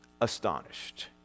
astonished